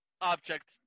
Object